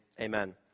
Amen